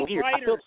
writers